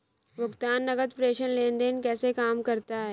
भुगतान नकद प्रेषण लेनदेन कैसे काम करता है?